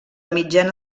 mitjana